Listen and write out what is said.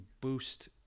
boost